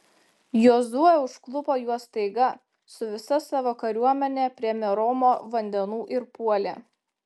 jozuė užklupo juos staiga su visa savo kariuomene prie meromo vandenų ir puolė